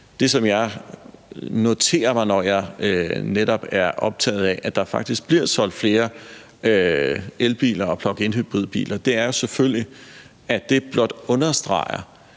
Det, som jeg noterer mig, når jeg netop er optaget af, at der faktisk bliver solgt flere elbiler og pluginhybridbiler, er jo selvfølgelig, at det blot understreger